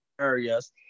areas